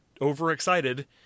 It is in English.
overexcited